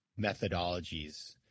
methodologies